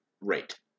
rate